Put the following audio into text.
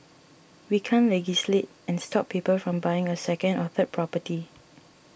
we can't legislate and stop people from buying a second or third property